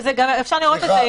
ואפשר לראות את זה.